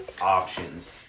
options